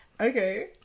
okay